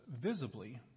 visibly